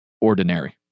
ordinary